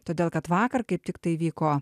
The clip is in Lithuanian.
todėl kad vakar kaip tiktai vyko